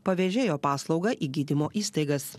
pavėžėjo paslauga į gydymo įstaigas